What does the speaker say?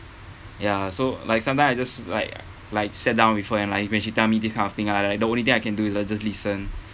ya so like sometimes I just like like sit down with her and like when she tell me this kind of thing I like the only thing I can do is I just listen